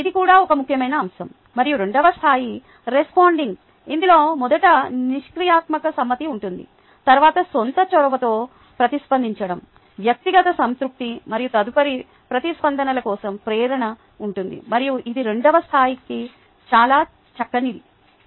ఇది కూడా ఒక ముఖ్యమైన అంశం మరియు రెండవ స్థాయి రెస్పోండింగ్ ఇందులో మొదట నిష్క్రియాత్మక సమ్మతి ఉంటుంది తరువాత సొంత చొరవతో ప్రతిస్పందిoచడం వ్యక్తిగత సంతృప్తి మరియు తదుపరి ప్రతిస్పందనల కోసం ప్రేరణ ఉంటుంది మరియు ఇది రెండవ స్థాయికి చాలా చక్కనిది